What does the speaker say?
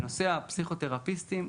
בנושא הפסיכותרפיסטים,